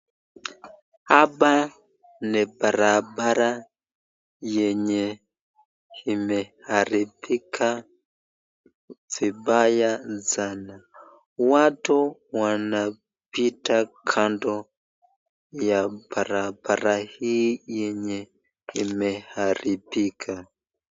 Hapa ni barabara yenye imeharibika vibaya sana. Watu wanapita kando ya barabara hii yenye imeharibika.